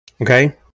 Okay